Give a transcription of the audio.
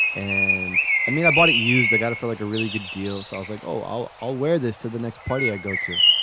and i mean, i bought it, used i got it for like a really good deal, so i was like, oh, i'll i'll wear this to the next party i go to.